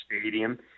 Stadium